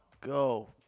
Go